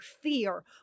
fear